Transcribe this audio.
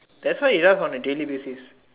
that's why is just on the daily basis